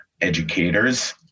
educators